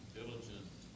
diligent